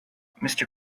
mister